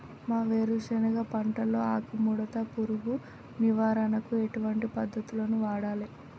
మా వేరుశెనగ పంటలో ఆకుముడత పురుగు నివారణకు ఎటువంటి పద్దతులను వాడాలే?